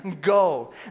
go